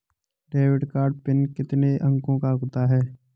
Debit card PIN कितने अंकों का होता है?